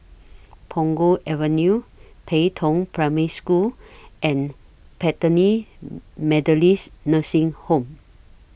Punggol Avenue Pei Tong Primary School and Bethany Methodist Nursing Home